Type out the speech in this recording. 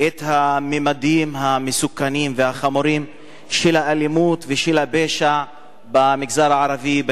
את הממדים המסוכנים והחמורים של האלימות ושל הפשע במגזר הערבי,